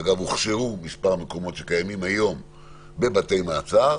ואגב הוכשרו מספר מקומות שקיימים היום בבתי מעצר,